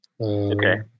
Okay